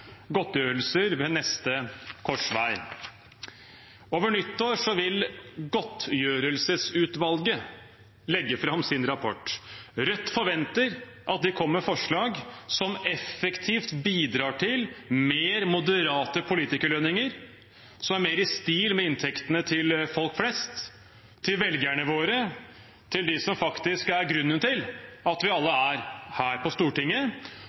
godtgjørelser ved neste korsvei. Over nyttår vil godtgjøringsutvalget legge fram sin rapport. Rødt forventer at de kommer med forslag som effektivt bidrar til mer moderate politikerlønninger som er mer i stil med inntektene til folk flest, til velgerne våre, til de som faktisk er grunnen til at vi alle er her på Stortinget,